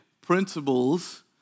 principles